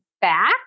back